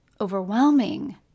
overwhelming